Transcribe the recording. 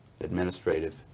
administrative